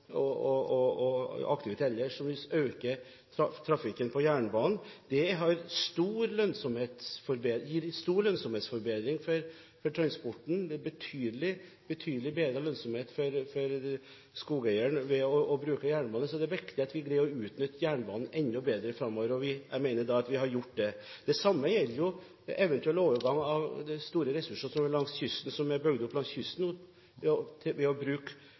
aktivitet ellers som øker trafikken på jernbanen. Det gir en stor lønnsomhetsforbedring for transporten, med betydelig bedret lønnsomhet for skogeieren ved å bruke jernbane, så det er viktig at vi framover greier å utnytte jernbanen enda bedre. Jeg mener at vi har gjort det. Det samme gjelder eventuell overgang når det gjelder de store ressursene som er bygd opp langs kysten, ved å bruke sjøtransport, som miljømessig også er veldig bra, og som vi nå har et godt redskap til å